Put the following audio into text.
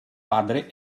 padre